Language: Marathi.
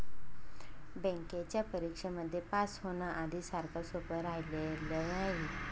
बँकेच्या परीक्षेमध्ये पास होण, आधी सारखं सोपं राहिलेलं नाही